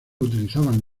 utilizaban